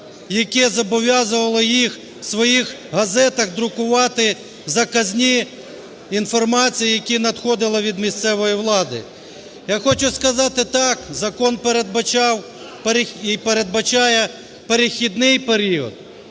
яке зобов'язувало їх в своїх газетах друкувати заказні інформації, які надходили від місцевої влади. Я хочу сказати, так, закон передбачав і передбачає перехідний період.